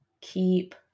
keep